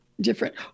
different